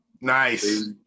Nice